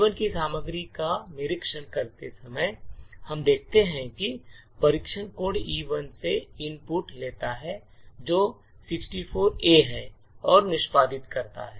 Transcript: E1 की सामग्री का निरीक्षण करने पर हम देखते हैं कि परीक्षण कोड E1 से इनपुट लेता है जो 64 A है और निष्पादित करता है